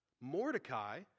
Mordecai